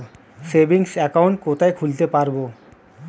Savings account কোথায় খুলতে পারব?